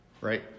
right